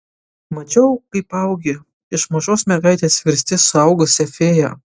mačiau kaip augi iš mažos mergaitės virsti suaugusia fėja